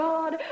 God